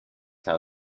how